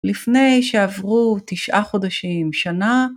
לפני שעברו תשעה חודשים, שנה